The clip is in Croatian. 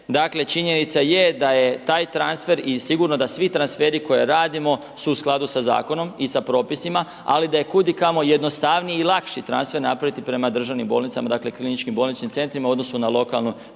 dakle, činjenica je da je taj transfer i sigurno da svi transferi koje radimo, su u skladu sa Zakonom i sa Propisima, ali da je kud i kamo jednostavniji i lakši transfer napraviti prema državnim bolnicama, dakle, KBC-ima u odnosu na lokalne